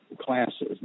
classes